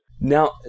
Now